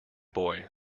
boy